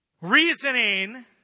reasoning